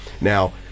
Now